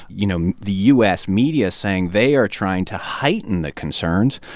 you know, the u s. media, saying they are trying to heighten the concerns.